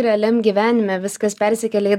realiam gyvenime viskas persikelia į